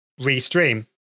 Restream